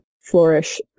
flourish